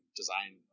design